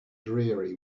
dreary